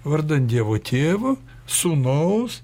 vardan dievo tėvo sūnaus